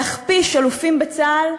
להכפיש אלופים בצה"ל,